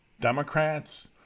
Democrats